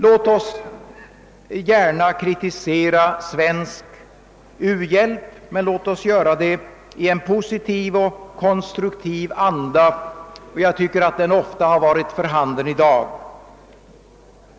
Låt oss gärna kritisera svensk u-hjälp, men låt oss göra det i en positiv och konstruktiv anda! Jag tycker att en sådan anda ofta har varit för handen i dag.